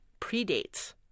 predates